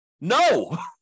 No